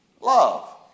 Love